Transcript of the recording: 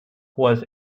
was